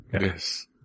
Yes